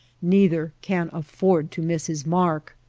neither can afford to miss his mark.